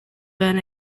been